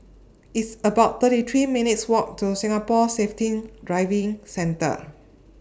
It's about thirty three minutes' Walk to Singapore Safety Driving Centre